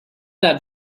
that